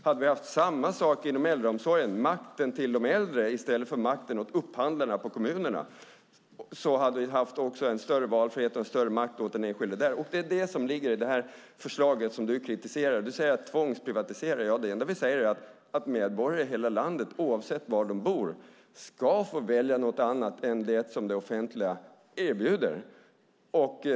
Hade vi haft samma sak inom äldreomsorgen - makten till de äldre - i stället för makten åt upphandlarna i kommunerna hade vi också haft en större valfrihet och en större makt åt den enskilde. Det är det som ligger i det förslag som du kritiserar. Du säger att man tvångsprivatiserar. Det enda vi säger är att medborgare i hela landet, oavsett var de bor, ska få välja något annat än det som det offentliga erbjuder.